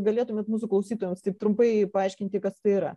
galėtumėt mūsų klausytojams taip trumpai paaiškinti kas tai yra